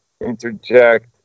interject